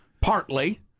partly—